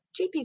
GPs